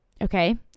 okay